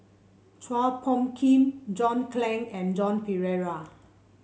Chua Phung Kim John Clang and Joan Pereira